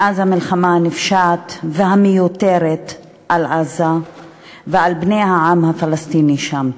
מאז המלחמה הנפשעת והמיותרת על עזה ועל בני העם הפלסטיני שם.